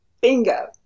bingo